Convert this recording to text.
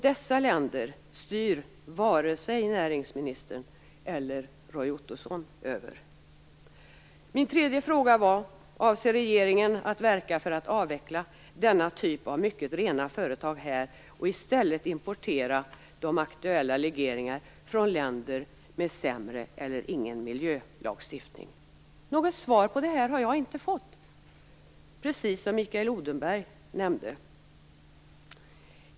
Dessa länder styr varken näringsministern eller Min tredje fråga var: Avser regeringen att verka för att avveckla denna typ av mycket rena företag här och i stället importera de aktuella legeringarna från länder med sämre eller ingen miljölagstiftning? Något svar på detta har jag inte fått, vilket också Mikael Odenberg nämnde.